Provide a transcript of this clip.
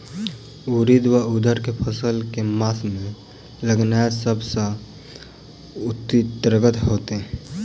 उड़ीद वा उड़द केँ फसल केँ मास मे लगेनाय सब सऽ उकीतगर हेतै?